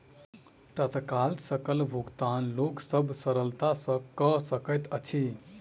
तत्काल सकल भुगतान लोक सभ सरलता सॅ कअ सकैत अछि